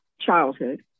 childhood